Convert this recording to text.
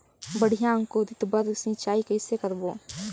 बढ़िया अंकुरण बर सिंचाई कइसे करबो?